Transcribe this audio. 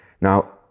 Now